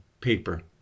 paper